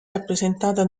rappresentata